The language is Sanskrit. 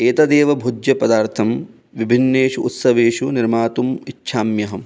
एतदेव भोज्यपदार्थं विभिन्नेषु उत्सवेषु निर्मातुम् इच्छाम्यहं